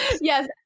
Yes